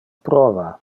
prova